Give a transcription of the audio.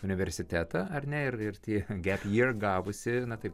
universitetą ar ne ir ir tie gep jier ir gavosi na taip